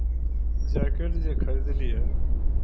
jacket जे खरिदलियै